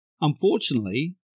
Unfortunately